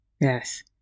Yes